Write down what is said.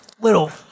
Little